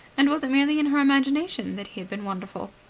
and was it merely in her imagination that he had been wonderful?